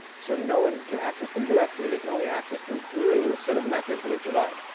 so no one can access them directly. they can only access them through a set of methods that we provide.